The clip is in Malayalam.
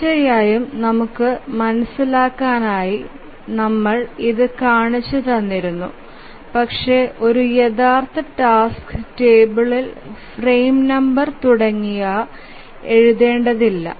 തീർച്ചയായും നമുക്ക് മനസിലാക്കാനായി ഞങ്ങൾ ഇത് കാണിച്ചു തന്നിരുന്നു പക്ഷേ ഒരു യഥാർത്ഥ ടാസ്ക് ടേബിൾഇൽ ഫ്രെയിം നമ്പർ തുടങ്ങിയവ എഴുതേണ്ടതില്ല